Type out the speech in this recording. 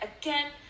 again